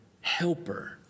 helper